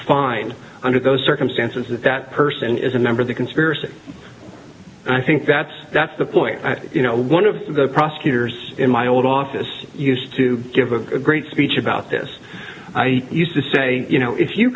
find under those circumstances that that person is a member of the conspiracy and i think that's that's the point you know one of the prosecutors in my old office used to give a great speech about this i used to say you know if you